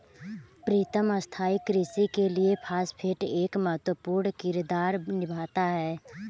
प्रीतम स्थाई कृषि के लिए फास्फेट एक महत्वपूर्ण किरदार निभाता है